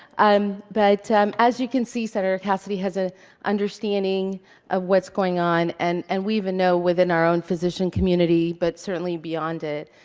um but, um as you can see, sen. cassidy has an understanding of what's going on. and and we even know within our own physician community, but certainly beyond it,